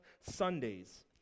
Sundays